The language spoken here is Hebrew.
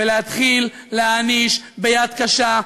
ולהתחיל להעניש ביד קשה,